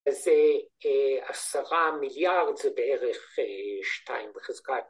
‫אז זה עשרה מיליארד, ‫זה בערך שתיים בחזקת.